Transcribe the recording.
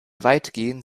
weitgehend